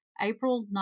april